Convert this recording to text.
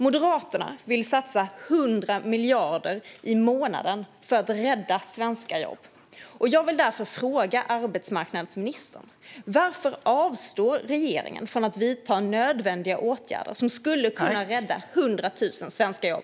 Moderaterna vill satsa 100 miljarder kronor i månaden för att rädda svenska jobb. Jag vill därför fråga arbetsmarknadsministern varför regeringen avstår från att vidta nödvändiga åtgärder som skulle kunna rädda 100 000 svenska jobb.